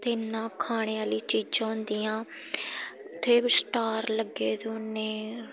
ते इन्ना खाने आह्ली चीजां होंदियां उत्थै बी स्टार लग्गे दे होन्नें